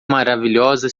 maravilhosa